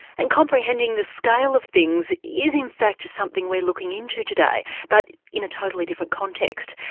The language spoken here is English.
and comprehending the scale of things is in fact something we're looking into today, but in a totally different context.